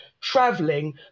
traveling